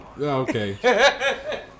okay